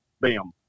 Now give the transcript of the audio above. bam